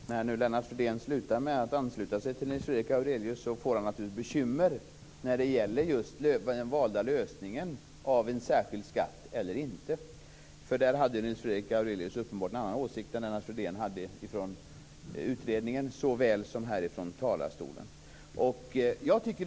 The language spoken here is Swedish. Fru talman! Jag vill börja med att kommentera detta med att Lennart Fridén avslutade sitt anförande med att ansluta sig till Nils Fredrik Aurelius yrkanden. Då får han bekymmer när det gäller just den valda lösningen, om det skall vara en särskild skatt eller inte. Där hade Nils Fredrik Aurelius uppenbart en annan åsikt än vad Lennart Fridén hade i utredningen och som han uttryckte här från talarstolen.